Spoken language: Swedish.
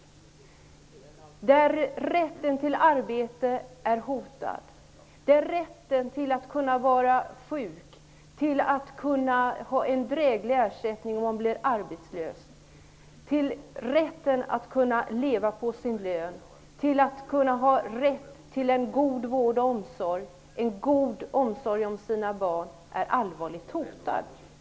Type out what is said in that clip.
I vanliga kvinnors liv gäller att rätten till arbete är hotad, att rätten att vara sjuk, att få en dräglig ersättning om man blir arbetslös, att kunna leva på sin lön och att få del av god vård och omsorg för sina barn är hotad.